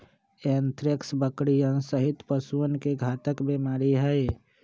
anthrax बकरियन सहित पशुअन के घातक बीमारी हई